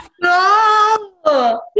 No